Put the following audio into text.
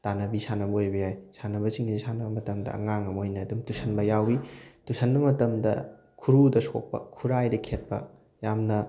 ꯇꯥꯟꯅꯕꯤ ꯁꯥꯟꯅꯕ ꯑꯣꯏꯕ ꯌꯥꯏ ꯁꯥꯟꯅꯕꯁꯤꯡꯁꯤ ꯁꯥꯟꯅꯕ ꯃꯇꯝꯗ ꯑꯉꯥꯡ ꯑꯃ ꯑꯣꯏꯅ ꯑꯗꯨꯝ ꯇꯨꯁꯟꯕ ꯌꯥꯎꯏ ꯇꯨꯁꯟꯕ ꯃꯇꯝꯗ ꯈꯨꯔꯨꯗ ꯁꯣꯛꯄ ꯈꯨꯔꯥꯏꯗ ꯈꯦꯠꯄ ꯌꯥꯝꯅ